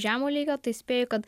žemo lygio tai spėju kad